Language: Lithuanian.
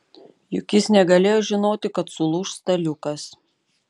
juk jis negalėjo žinoti kad sulūš staliukas